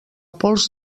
pols